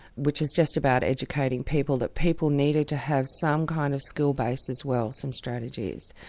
which is just about educating people that people needed to have some kind of skill base as well, some strategies.